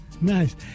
Nice